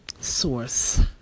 source